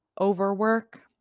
overwork